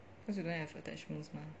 cause you don't have attachments mah